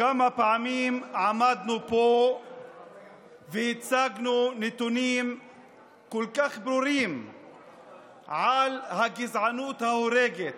כמה פעמים עמדנו פה והצגנו נתונים כל כך ברורים על הגזענות ההורגת,